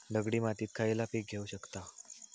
दगडी मातीत खयला पीक घेव शकताव?